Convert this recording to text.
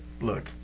Look